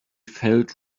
felt